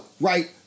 right